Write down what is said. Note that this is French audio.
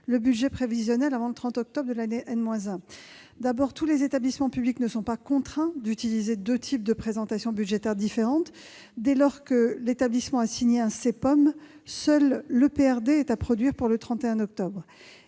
le budget prévisionnel avant le 30 octobre de l'année n-1. Tous les établissements publics ne sont pas contraints d'utiliser deux types de présentation budgétaire différents. Dès lors que l'établissement a signé un CEPOM, seul l'EPRD est à produire pour le 31 octobre.